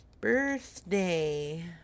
birthday